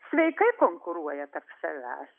sveikai konkuruoja tarp savęs